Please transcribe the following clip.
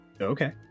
Okay